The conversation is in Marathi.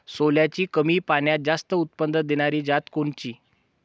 सोल्याची कमी पान्यात जास्त उत्पन्न देनारी जात कोनची?